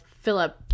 Philip